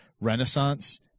renaissance